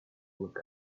look